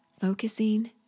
Focusing